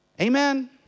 Amen